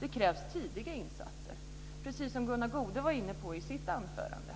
Det krävs tidiga insatser, precis om Gunnar Goude var inne på i sitt anförande.